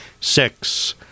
six